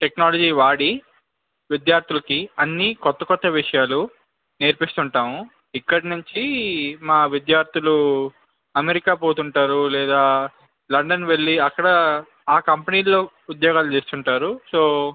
technology వాడి విద్యార్థులకి అన్నీ కొత్త కొత్త విషయాలు నేర్పిస్తుంటాము ఇక్కడి నుంచి మా విద్యార్థులు అమెరికా పోతుంటారు లేదా లండన్ వెళ్ళీ అక్కడ ఆ కంపెనీల్లో ఉద్యోగాలు చేస్తుంటారు సో